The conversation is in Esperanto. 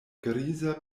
griza